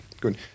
Good